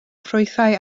ffrwythau